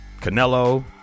Canelo